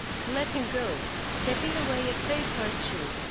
he let him go, stepping away a pace or two,